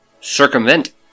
circumvent